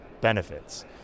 benefits